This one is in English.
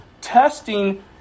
testing